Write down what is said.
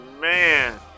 man